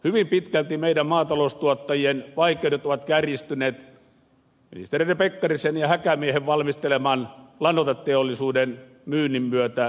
hyvin pitkälti meidän maataloustuottajiemme vaikeudet ovat kärjistyneet ministereiden pekkarinen ja häkämies valmisteleman lannoiteteollisuuden myynnin myötä norjalaiselle yaralle